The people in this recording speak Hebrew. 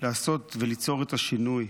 לעשות וליצור את השינוי,